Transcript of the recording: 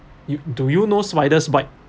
you do you know spider's bite